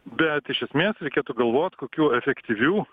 bet iš esmės reikėtų galvot kokių efektyvių